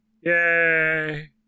Yay